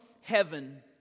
heaven